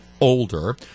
older